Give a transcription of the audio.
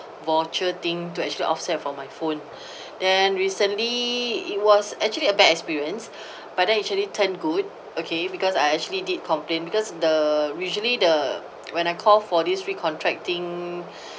voucher thing to actually offset for my phone then recently it was actually a bad experience but then it actually turn good okay because I actually did complain because the usually the when I call for this re-contracting